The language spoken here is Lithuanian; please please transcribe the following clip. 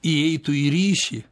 įeitų į ryšį